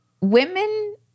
women